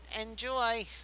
Enjoy